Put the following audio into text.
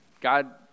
God